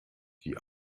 die